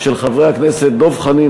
של חברי הכנסת דב חנין,